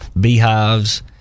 beehives